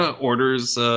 orders